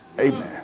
Amen